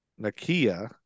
Nakia